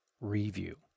review